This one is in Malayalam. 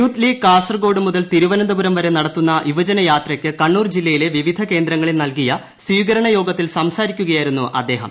യൂത്ത് ലീഗ് കാസർഗോഡ് മുതൽ തിരുവനന്തപുരം വരെ നടത്തുന്ന യൂവജന യാ ത്രയക്ക് കണ്ണൂർ ജില്ലയിലെ വിവിധ കേന്ദ്രങ്ങളിൽ നൽകിയ സ്വീകരണ യോഗത്തിൽ സംസാരിക്കുകയായിരുന്നു ആദ്ദേഹ്ം